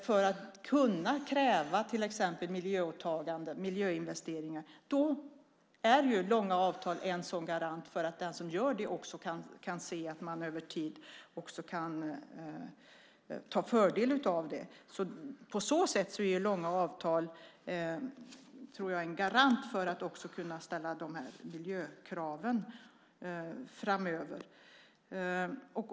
För att kunna kräva till exempel miljöåtaganden, miljöinvesteringar, är det klart att långa avtal är en sådan garant för att den som gör investeringen också ska kunna se att man över tid kan dra fördel av den. På så sätt tror jag att långa avtal är en garant för att de här miljökraven också ska kunna ställas framöver.